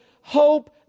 hope